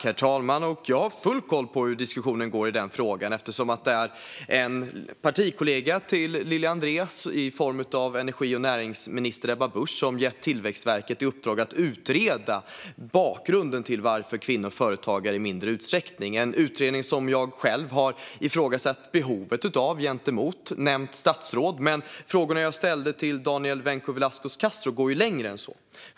Herr talman! Jag har full koll på hur diskussionen går i den frågan, eftersom det är en partikollega till Lili André, i form av energi och näringsminister Ebba Busch, som gett Tillväxtverket i uppdrag att utreda bakgrunden till att kvinnor är företagare i mindre utsträckning. Det är en utredning som jag själv har ifrågasatt behovet av gentemot nämnt statsråd. Men frågorna jag ställde till Daniel Vencu Velasquez Castro går längre än så.